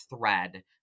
thread